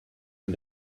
and